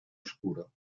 oscuro